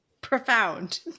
Profound